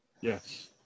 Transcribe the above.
Yes